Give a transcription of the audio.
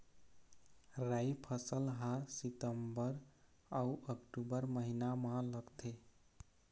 राई फसल हा सितंबर अऊ अक्टूबर महीना मा लगथे